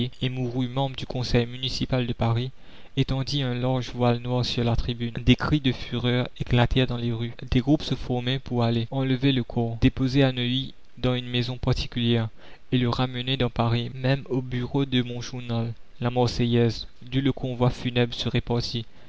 mourut membre du conseil municipal de paris étendit un large voile noir sur la tribune des cris de fureur éclatèrent dans les rues des groupes se formaient pour aller enlever le corps déposé à neuilly dans une maison particulière et le ramener dans paris même au bureau de mon journal la marseillaise d'où le convoi funèbre serait parti